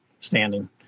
standing